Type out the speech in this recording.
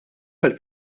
tal